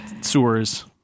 sewers